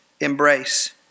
embrace